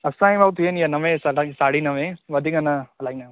असांजी भाउ थी वेंदी आहे नवें सां साढी नवें वधीक न हलाईंदा आहियूं